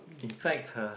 in fact uh